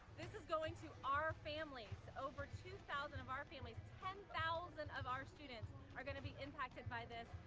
this is going to our families, over two thousand of our families ten thousand of our students are gonna be impacted by this,